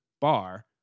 bar